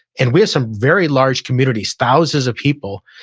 and we have some very large communities, thousands of people,